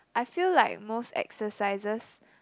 I feel like most exercises